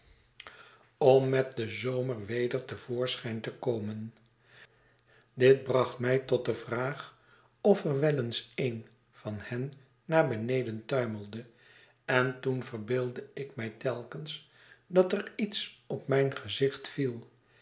om met den zonier weder te voorschijn te komen dit bracht mij tot de vraag of er wel eens een van hen naar beneden tuimelde en toen verbeeldde ik mij telkens dat er iets op mijngezicht viel